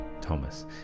Thomas